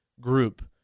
group